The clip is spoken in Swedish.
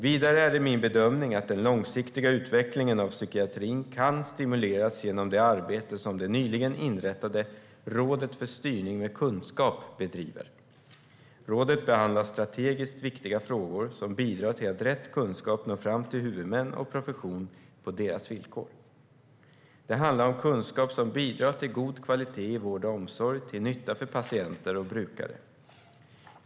Vidare är det min bedömning att den långsiktiga utvecklingen av psykiatrin kan stimuleras genom det arbete som det nyligen inrättade Rådet för styrning med kunskap bedriver. Rådet behandlar strategiskt viktiga frågor som bidrar till att rätt kunskap når fram till huvudmän och profession på deras villkor. Det handlar om kunskap som bidrar till god kvalitet i vård och omsorg till nytta för patienter och brukare.